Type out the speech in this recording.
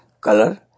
color